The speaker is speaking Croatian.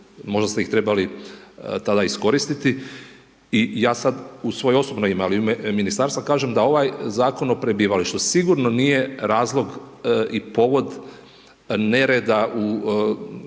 možda ste ih trebali tada iskoristiti, i ja sad u svoje osobno ime, ali i u ime ministarstva, kažem da ovaj Zakon o prebivalištu sigurno nije razlog i povod nereda kod